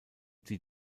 die